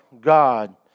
God